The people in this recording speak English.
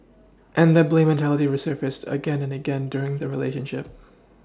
and that blame mentality resurfaced again and again during their relationship